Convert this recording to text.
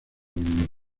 viviente